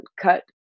cut